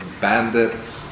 bandits